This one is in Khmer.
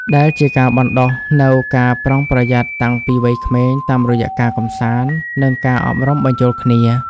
ដែលជាការបណ្ដុះនូវការប្រុងប្រយ័ត្នតាំងពីវ័យក្មេងតាមរយៈការកម្សាន្ត និងការអប់រំបញ្ចូលគ្នា។